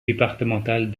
départementales